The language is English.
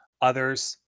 others